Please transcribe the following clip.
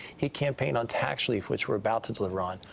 he campaigned on tax relief, which we're about to deliver on.